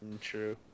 True